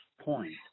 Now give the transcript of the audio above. point